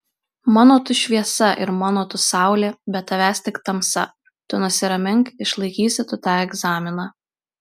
mano tu šviesa ir mano tu saulė be tavęs tik tamsa tu nusiramink išlaikysi tu tą egzaminą